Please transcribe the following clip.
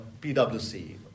PwC